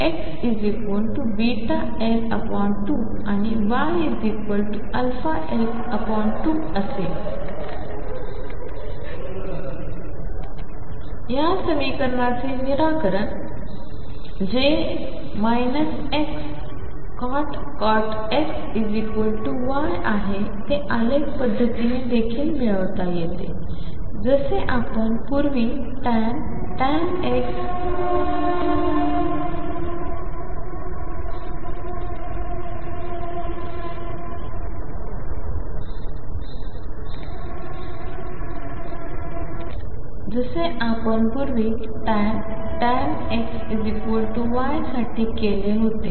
XβL2 आणि YαL2असेल या समीकरणाचे निराकरण जे उणे Xcot X Y आहे ते आलेख पद्धतीने देखील मिळवता येते जसे आपण पूर्वी tan X Y साठी केले होते